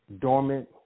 dormant